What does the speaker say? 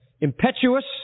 impetuous